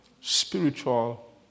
spiritual